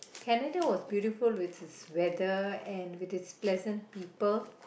Canada was beautiful with its weather and with its pleasant people